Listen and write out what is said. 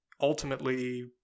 ultimately